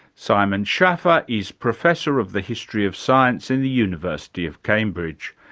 simon schaffer is professor of the history of science in the university of cambridge.